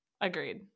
Agreed